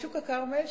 בשוק הכרמל,